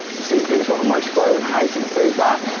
see who's got the most flow and how you can improve that.